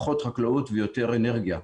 פחות חקלאות ויותר אנרגיה.